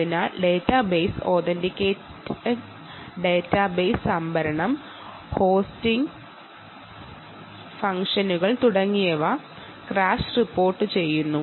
അതിനാൽ database authenticated database storage hosting ഫംഗ്ഷനുകൾ തുടങ്ങിയവ ക്രാഷ് റിപ്പോർട്ടുചെയ്യുന്നു